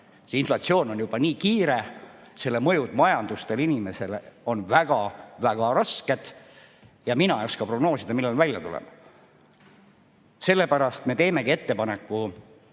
Inflatsioon on juba nii kiire, selle mõjud majandusele ja inimestele on väga-väga rasked. Mina ei oska prognoosida, millal me sellest välja tuleme. Sellepärast me teemegi ettepaneku